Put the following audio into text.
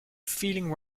feeling